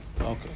Okay